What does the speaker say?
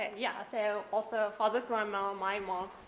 yeah. so, also fadil's grandmom, my mom,